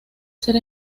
ser